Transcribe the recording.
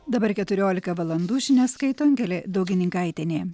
dabar keturiolika valandų žinias skaito angelė daugininkaitienė